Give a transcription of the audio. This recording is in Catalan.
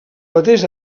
mateix